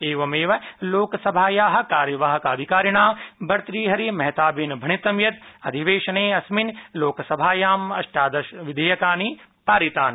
एवमेव लोकसभायाः कार्यवाहकाधिकारिणा भर्तृहरिमहताबेन भणितं यत् अधिवेशने अस्मिन् लोकसभायां अष्टादशविधेयकानि पारितानि